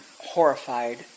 horrified